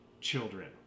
children